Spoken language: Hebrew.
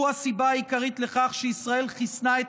הוא הסיבה העיקרית לכך שישראל חיסנה את